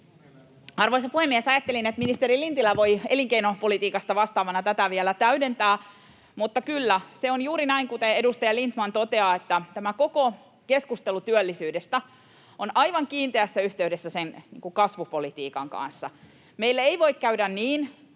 Arvoisa puhemies! Ajattelin, että ministeri Lintilä voi elinkeinopolitiikasta vastaavana tätä vielä täydentää, mutta kyllä, se on juuri näin, kuten edustaja Lindtman toteaa, että tämä koko keskustelu työllisyydestä on aivan kiinteässä yhteydessä kasvupolitiikan kanssa. [Mika Niikko: